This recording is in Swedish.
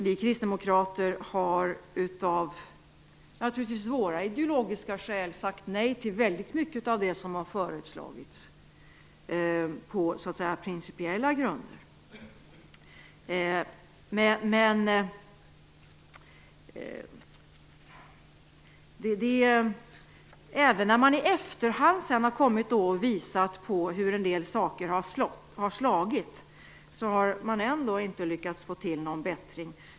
Vi kristdemokrater har utav naturligtvis våra ideologiska skäl sagt nej till väldigt mycket av det som har förslagits. Även om man i efterhand visat hur en del saker har slagit har man ändå inte lyckats få till någon bättring.